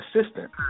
assistant